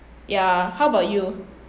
ya how about you